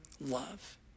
love